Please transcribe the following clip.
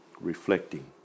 reflecting